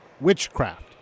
witchcraft